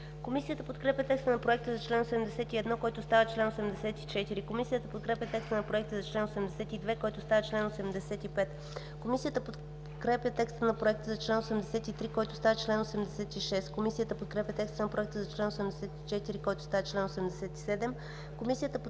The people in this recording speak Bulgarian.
Комисията подкрепя текста на Проекта за чл. 58, който става чл. 61. Комисията подкрепя текста на Проекта за чл. 59, който става чл. 62. Комисията подкрепя текста на Проекта за чл. 60, който става чл. 63. Комисията подкрепя текста на Проекта за чл. 61, който става чл. 64.